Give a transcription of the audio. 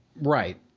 Right